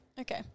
Okay